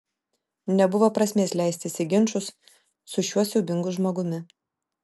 nebuvo prasmės leistis į ginčus su šiuo siaubingu žmogumi